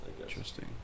Interesting